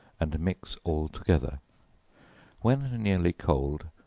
and mix all together when nearly cold,